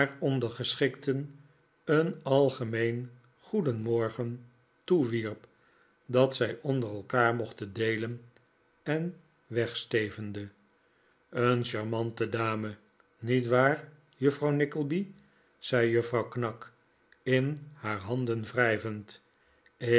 ondergeschikten een algemeen goedenmorgen toewierp dat zij onder elkaar mochten deelen en wegstevende een charmante dame niet waar juffrouw nickleby zei juffrouw knag in haar handen wrijvend ik